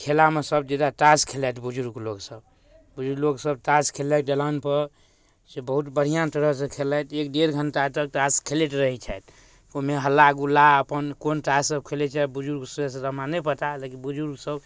खेलामे सब जगह ताश खेललथि बुजुर्ग लोकसभ बुजुर्ग लोकसभ ताश खेललथि दलानपर जे बहुत बढ़िआँ तरहसँ खेललथि एक डेढ़ घण्टा एतऽ ताश खेलैत रहै छथि ओहिमे हल्लागुल्ला अपन कोन ताश सब खेलै छथि बुजुर्ग से हमरा नहि पता लेकिन बुजुर्गसभ